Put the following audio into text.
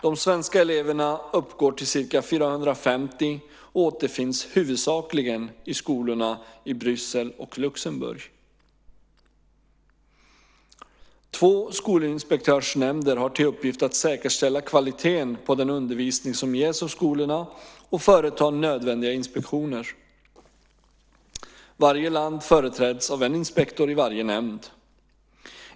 De svenska eleverna uppgår till ca 450 och återfinns huvudsakligen i skolorna i Bryssel och Luxemburg. Två skolinspektörsnämnder har till uppgift att säkerställa kvaliteten på den undervisning som ges av skolorna och företa nödvändiga inspektioner. Varje land företräds av en inspektör i varje nämnd.